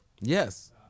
Yes